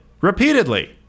repeatedly